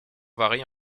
varie